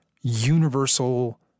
universal